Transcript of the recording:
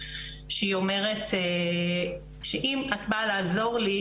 שהיא אומרת: "שאם את באה לעזור לי,